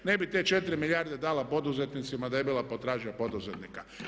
Ne bi te 4 milijarde dala poduzetnicima da je bila potražnja poduzetnika.